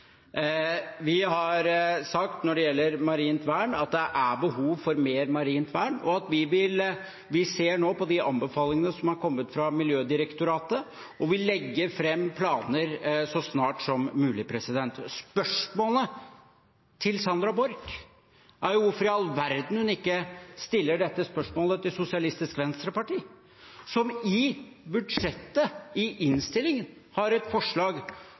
vi har sagt at det er behov for mer marint vern, og vi ser nå på de anbefalingene som er kommet fra Miljødirektoratet, og vil legge fram planer så snart som mulig. Spørsmålet til Sandra Borch er hvorfor i all verden hun ikke stiller dette spørsmålet til Sosialistisk Venstreparti, som i budsjettet, i innstillingen, har et forslag